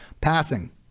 passing